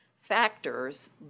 factors